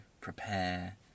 prepare